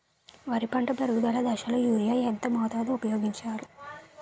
వరి పంట పెరుగుదల దశలో యూరియా ఎంత మోతాదు ఊపయోగించాలి?